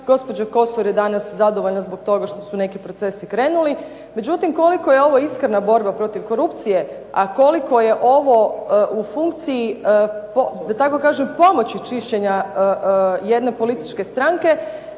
Gospođa Kosor je danas zadovoljna zbog toga što su neki procesi krenuli. Međutim, koliko je ovo iskrena borba protiv korupcije, a koliko je ovo u funkciji, da tako kažem pomoći čišćenja jedne političke stranke